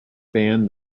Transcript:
banned